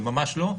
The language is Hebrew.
ממש לא.